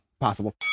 possible